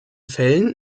fällen